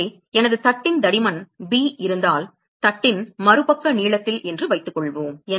எனவே எனது தட்டின் தடிமன் b இருந்தால் தட்டின் மறுபக்க நீளத்தில் என்று வைத்துக்கொள்வோம்